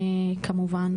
כמובן,